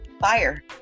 fire